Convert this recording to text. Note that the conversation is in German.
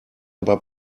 aber